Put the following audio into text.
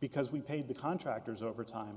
because we paid the contractors overtime